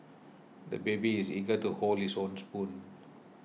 the baby is eager to hold his own spoon